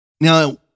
Now